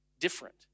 different